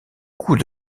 coût